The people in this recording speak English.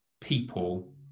people